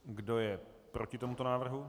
Kdo je proti tomuto návrhu?